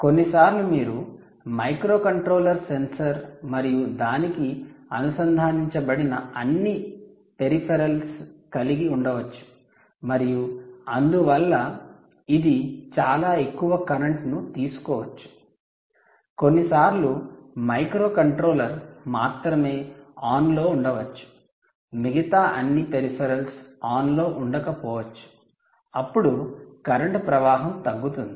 కొన్నిసార్లు మీరు microcontroller sensor మరియు దానికి అనుసంధానించబడిన అన్ని పెరిఫెరల్స్ కలిగి ఉండవచ్చు మరియు అందువల్ల ఇది చాలా ఎక్కువ కరెంట్ను తీసుకోవచ్చు కొన్నిసార్లు మైక్రోకంట్రోలర్ మాత్రమే ఆన్లో ఉండవచ్చు మిగతా అన్ని పెరిఫెరల్స్ ఆన్ లో ఉండకపోవచ్చు అప్పుడు కరెంట్ ప్రవాహం తగ్గుతుంది